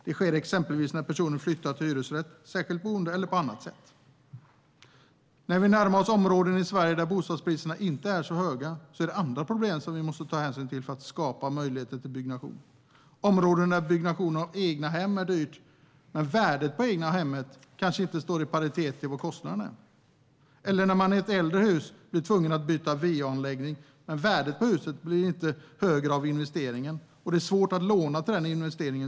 Det sker exempelvis när personen flyttar till hyresrätt, särskilt boende och så vidare. I områden i Sverige där bostadspriserna inte är så höga är det andra problem som vi måste ta hänsyn till för att skapa möjligheter till byggnation. Det handlar om områden där byggnation av egnahem är dyrt, men där värdet på egnahemmet kanske inte står i paritet till vad kostnaden är. Det handlar också om att man i ett äldre hus blir tvungen att byta va-anläggning men att värdet på huset inte blir högre av investeringen. I så fall är det svårt att låna till den investeringen.